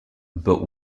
but